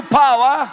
power